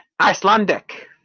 Icelandic